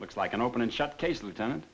looks like an open and shut case lieutenant